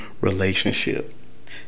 relationship